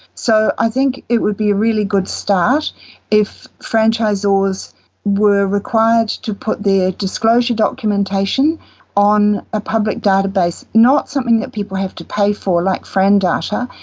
so i think it would be a really good start if franchisors were required to put their disclosure documentation on a public database, not something that people have to pay for, like frandata,